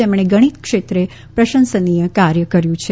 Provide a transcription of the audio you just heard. જેમણે ગણિત ક્ષેત્રે પ્રસંશનીય કાર્ય કર્યું છે